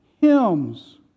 hymns